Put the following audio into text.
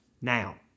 Now